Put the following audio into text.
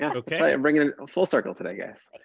yeah ok. and bringing it full circle today, guys. like